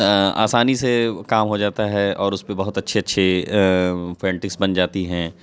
ایں آسانی سے کام ہوجاتا ہے اور اس پہ بہت اچھے اچھے اے پینٹنگز بن جاتی ہیں